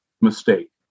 mistake